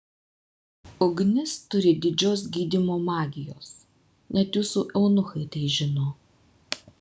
ugnis turi didžios gydymo magijos net jūsų eunuchai tai žino